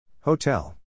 Hotel